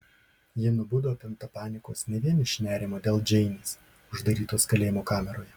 ji nubudo apimta panikos ne vien iš nerimo dėl džeinės uždarytos kalėjimo kameroje